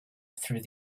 through